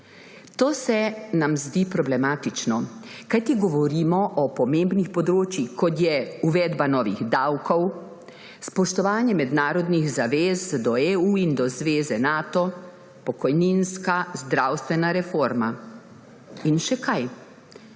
To se nam zdi problematično, kajti govorimo o pomembnih področjih, kot so uvedba novih davkov, spoštovanje mednarodnih zavez do EU in do zveze Nato, pokojninska, zdravstvena reforma in še kaj.